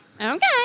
Okay